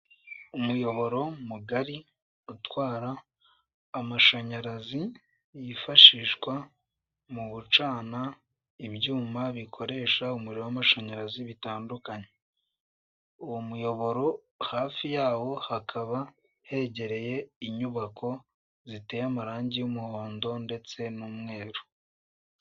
Umuyoboro mugari utwara amashanyarazi yifashishwa mu gucana ibyuma bikoresha umuriro w'amashanyarazi bitandukanye. Uwo muyoboro hafi yawo, hakaba hegereye inyubako ziteye amarangi y'umuhondo ndetse n'umweru.